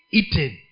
eaten